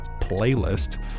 playlist